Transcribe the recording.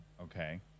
Okay